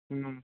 ᱦᱩᱸ